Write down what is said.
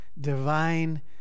divine